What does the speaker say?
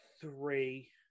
three